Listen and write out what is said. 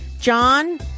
John